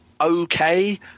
okay